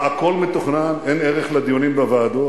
מה, הכול מתוכנן, אין ערך לדיונים בוועדות?